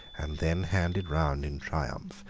and then handed round in triumph,